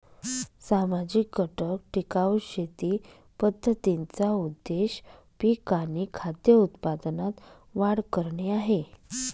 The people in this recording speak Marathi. सामाजिक घटक टिकाऊ शेती पद्धतींचा उद्देश पिक आणि खाद्य उत्पादनात वाढ करणे आहे